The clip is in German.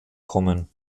kommen